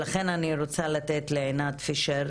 לכן אני רוצה לתת לעינת פישר